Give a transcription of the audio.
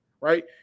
right